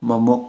ꯃꯃꯨꯠ